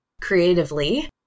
creatively